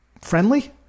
friendly